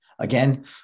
Again